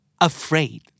afraid